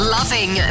Loving